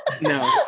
No